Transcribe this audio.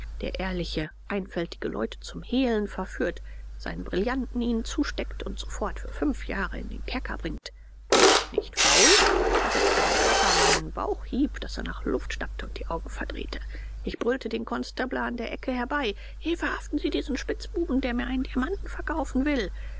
der ehrliche einfältige leute zum hehlen verführt seinen brillanten ihnen zusteckt und sofort für fünf jahre in den kerker bringt ich nicht faul versetze dem kaffer meinen bauchhieb daß er nach luft schnappt und die augen verdreht ich brülle den konstabler von der ecke herbei he verhaften sie diesen spitzbuben der mir einen diamanten verkaufen will